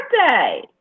birthday